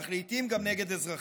אך לעיתים גם נגד אזרחים.